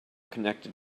connected